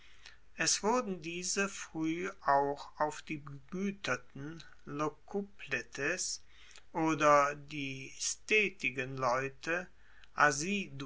es wurden diese frueh auch auf die begueterten locupletes oder die stetigen leute